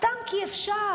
סתם כי אפשר.